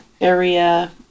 area